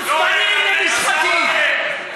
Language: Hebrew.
חוצפנים ומושחתים.